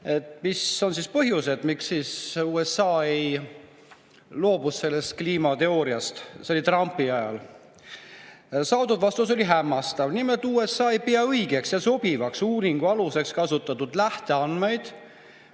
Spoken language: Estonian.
käest, mis põhjustel USA loobus sellest kliimateooriast. See oli Trumpi ajal. Saadud vastus oli hämmastav. Nimelt, USA ei pea õigeks ega sobivaks uuringu aluseks kasutatud lähteandmeid